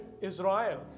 Israel